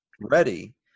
ready